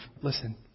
listen